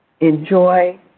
enjoy